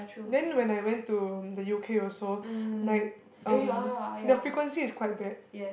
then when I went to the U_K also like um their frequency is quite bad